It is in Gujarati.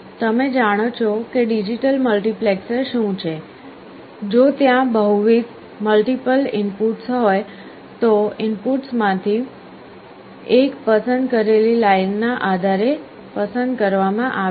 તમે જાણો છો કે ડિજિટલ મલ્ટિપ્લેક્સર શું છે જો ત્યાં બહુવિધ મલ્ટિપલ ઇનપુટ્સ હોય તો ઇનપુટ્સમાંથી એક પસંદ કરેલી લાઈન ના આધારે પસંદ કરવામાં આવે છે